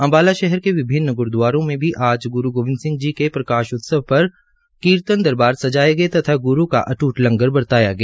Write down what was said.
अम्बाला शहर के विभिन्न ग्रूदवारों में भी आज ग्रू गोबिंद सिंह जी के प्रकाश उत्सव प कीर्तन दरबार सजाए गए तथा ग्रू के अट्ट लंगर बर्ताया गया